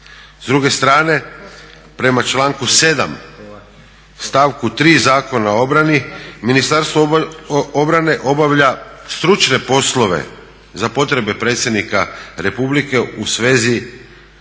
S druge strane, prema članku 7.stavku 3. Zakona o obrani Ministarstvo obrane obavlja stručne poslove za potrebe predsjednika Republike u svezi